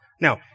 Now